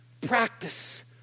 Practice